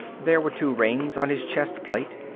there were two rings on his chest plate,